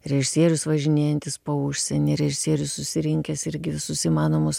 režisierius važinėjantis po užsienį režisierius susirinkęs irgi visus įmanomus